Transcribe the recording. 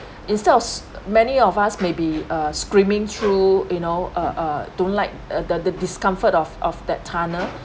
instead of s~ many of us may be uh screaming through you know uh uh don't like the the discomfort of of that tunnel